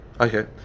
Okay